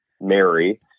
Mary